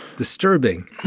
disturbing